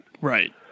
Right